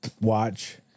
watch